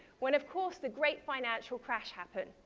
when, of course, the great financial crash happened.